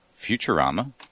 Futurama